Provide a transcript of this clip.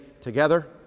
together